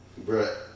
Bruh